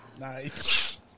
Nice